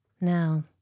Now